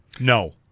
No